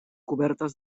cobertes